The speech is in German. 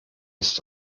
ist